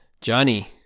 Johnny